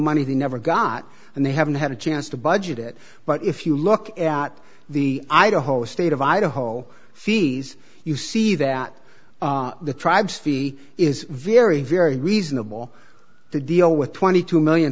money they never got and they haven't had a chance to budget it but if you look at the idaho state of idaho fees you see that the tried sfi is very very reasonable to deal with twenty two million